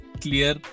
clear